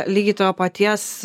lygiai to paties